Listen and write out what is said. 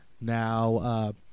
now